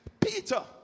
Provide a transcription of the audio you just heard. Peter